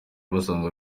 basanga